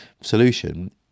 solution